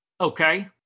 Okay